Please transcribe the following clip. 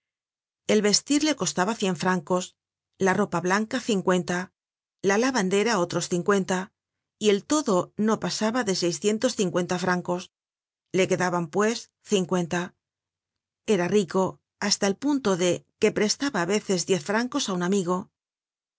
el vestir le costaba cien francos la ropa blanca cincuenta la lavandera otros cincuenta y el todo no pasaba de seiscientos cincuenta francos le quedaban pues cincuenta era rico hasta el punto de que prestaba á veces diez francos á un amigo courfeyrac